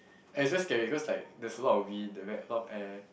eh just scary cause like there's a lot of wind there ve~ a lot of air